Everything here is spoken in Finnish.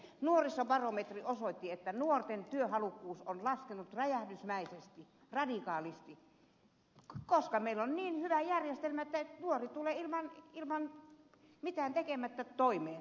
nuorisobarometri osoitti että nuorten työhalukkuus on laskenut räjähdysmäisesti radikaalisti koska meillä on niin hyvä järjestelmä että nuori tulee mitään tekemättä toimeen